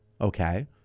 okay